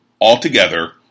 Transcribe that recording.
altogether